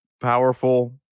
powerful